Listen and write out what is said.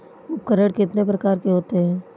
उपकरण कितने प्रकार के होते हैं?